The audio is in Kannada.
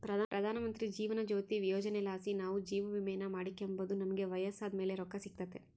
ಪ್ರಧಾನಮಂತ್ರಿ ಜೀವನ ಜ್ಯೋತಿ ಯೋಜನೆಲಾಸಿ ನಾವು ಜೀವವಿಮೇನ ಮಾಡಿಕೆಂಬೋದು ನಮಿಗೆ ವಯಸ್ಸಾದ್ ಮೇಲೆ ರೊಕ್ಕ ಸಿಗ್ತತೆ